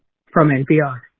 from npr